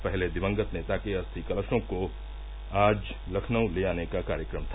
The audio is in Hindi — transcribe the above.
पहले दिवंगत नेता के अस्थि कलशों को आज लखनऊ ले आने का कार्यक्रम था